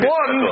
one